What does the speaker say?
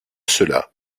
cela